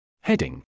Heading